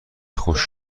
خوش